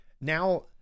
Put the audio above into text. now